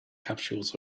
capsules